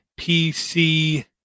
pc